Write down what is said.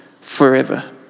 forever